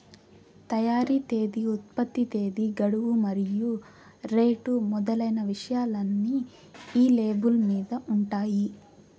తయారీ తేదీ ఉత్పత్తి తేదీ గడువు మరియు రేటు మొదలైన విషయాలన్నీ ఈ లేబుల్ మీద ఉంటాయి